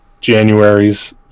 January's